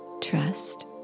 trust